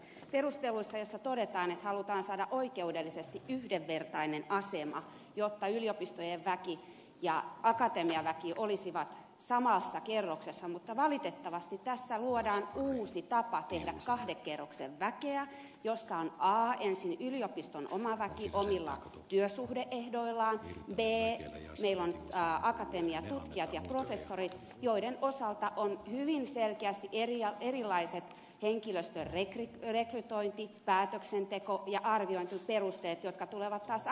perusteluissa todetaan että halutaan saada oikeudellisesti yhdenvertainen asema jotta yliopistojen väki ja akatemian väki olisivat samassa kerroksessa mutta valitettavasti tässä luodaan uusi tapa tehdä kahden kerroksen väkeä jossa meillä on a ensin yliopiston oma väki omilla työsuhde ehdoillaan b akatemian tutkijat ja professorit joiden osalta on hyvin selkeästi erilaiset henkilöstön rekrytointi päätöksenteko ja arviointiperusteet jotka tulevat taas akatemian puolelta